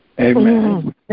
Amen